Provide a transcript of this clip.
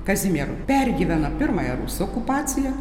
kazimieru pergyveno pirmąją rusų okupaciją